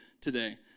today